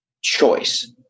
choice